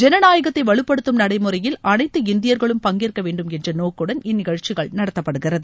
ஜனநாயகத்தை வலுப்படுத்தும் நடைமுறையில் அனைத்து இந்தியர்களும் பங்கேற்க வேண்டும் என்ற நோக்குடன் இந்நிகழ்ச்சிகள் நடத்தப்படுகிறது